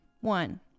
One